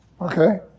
Okay